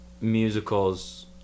musicals